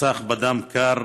נרצח בדם קר